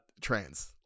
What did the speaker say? trans